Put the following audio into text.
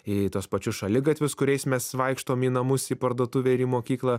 į tuos pačius šaligatvius kuriais mes vaikštom į namus į parduotuvę ir į mokyklą